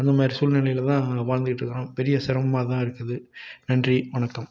அந்த மாதிரி சூழ்நிலையில் தான் நாங்கள் வாழ்ந்துட்டிருக்குறோம் பெரிய சிரமமாக தான் இருக்குது நன்றி வணக்கம்